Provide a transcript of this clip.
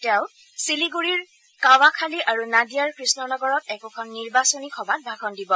তেওঁ চিলিগুৰিৰ কাৱাখালি আৰু নাডিয়াৰ কৃষ্ণনগৰত একোখন নিৰ্বাচনী সভাত ভাষণ দিব